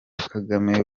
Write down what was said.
kagame